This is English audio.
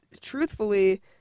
truthfully